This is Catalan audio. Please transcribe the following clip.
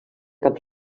cap